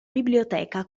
biblioteca